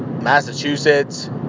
Massachusetts